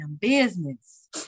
business